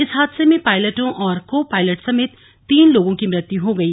इस हादसे में पायलटों और को पायलट समेत तीन लोगों की मृत्यु हो गई